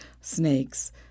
snakes